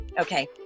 Okay